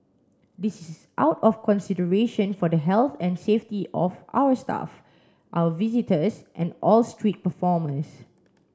this is out of consideration for the health and safety of our staff our visitors and all street performers